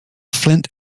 flint